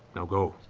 now go.